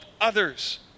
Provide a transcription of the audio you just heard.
others